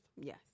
Yes